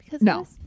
No